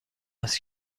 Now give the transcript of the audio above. است